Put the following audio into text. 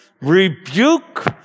rebuke